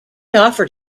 offered